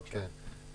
בבקשה, גרא.